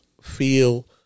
feel